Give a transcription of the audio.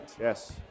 Yes